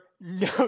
no